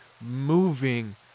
moving